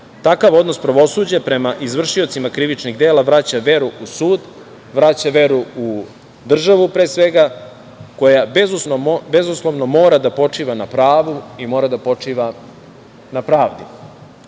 Takav odnos pravosuđa prema izvršiocima krivičnih dela vraća veru u sud, vraća veru u državu pre svega, koja bezuslovno mora da počiva na pravu i mora da počiva na pravdi. Radi